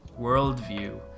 worldview